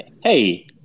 Hey